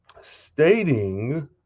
stating